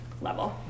level